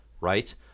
right